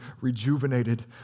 rejuvenated